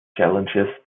challenges